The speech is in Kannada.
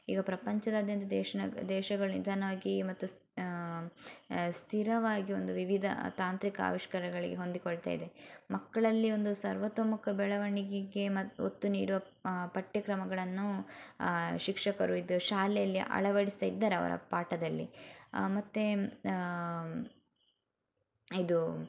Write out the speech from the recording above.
ಈಗ ಪ್ರಪಂಚದಾದ್ಯಂತ ದೇಶ ನಗ್ ದೇಶಗಳು ನಿಧಾನವಾಗಿ ಮತ್ತು ಸ್ ಸ್ಥಿರವಾಗಿ ಒಂದು ವಿವಿಧ ತಾಂತ್ರಿಕ ಆವಿಷ್ಕಾರಗಳಿಗೆ ಹೊಂದಿಕೊಳ್ತಾ ಇದೆ ಮಕ್ಕಳಲ್ಲಿ ಒಂದು ಸರ್ವತೋಮುಖ ಬೆಳವಣಿಗೆಗೆ ಮ ಒತ್ತು ನೀಡುವ ಪಠ್ಯಕ್ರಮಗಳನ್ನು ಶಿಕ್ಷಕರು ಇದು ಶಾಲೆಯಲ್ಲಿ ಅಳವಡಿಸ್ತ ಇದ್ದರೆ ಅವರ ಪಾಠದಲ್ಲಿ ಮತ್ತು ಇದು